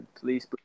Police